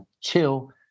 chill